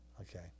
Okay